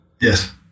Yes